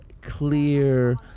clear